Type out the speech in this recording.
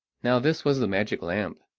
now this was the magic lamp,